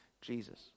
Jesus